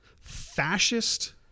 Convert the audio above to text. fascist